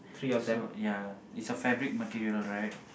so ya it's a fabric material right